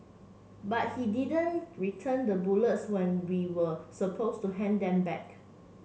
but he didn't return the bullets when we were supposed to hand them back